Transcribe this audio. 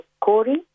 Corey